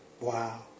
Wow